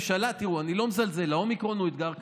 תראו, אני לא מזלזל, האומיקרון הוא אתגר קשה.